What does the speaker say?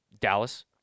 Dallas